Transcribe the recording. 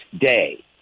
day